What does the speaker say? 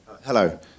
Hello